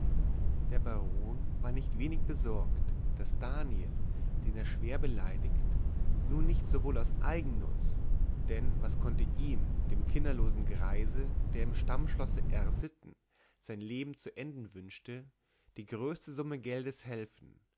der baron war nicht wenig besorgt daß daniel den er schwer beleidigt nun nicht sowohl aus eigennutz denn was konnte ihm dem kinderlosen greise der im stammschlosse r sitten sein leben zu enden wünschte die größte summe geldes helfen